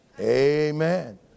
amen